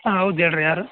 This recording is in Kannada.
ಹಾಂ ಹೌದು ಹೇಳಿ ರೀ ಯಾರು